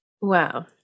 Wow